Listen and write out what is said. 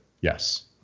yes